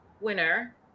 winner